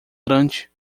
grande